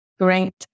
great